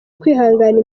ukwihangana